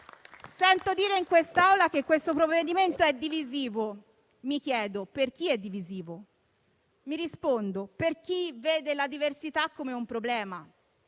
Sento dire in quest'Aula che il provvedimento sarebbe divisivo. Mi chiedo per chi sia divisivo e mi rispondo: per chi vede la diversità come un problema.